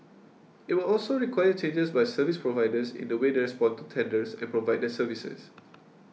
it will also require changes by service providers in the way they respond to tenders and provide their services